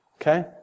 Okay